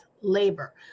labor